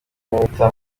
mwita